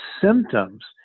symptoms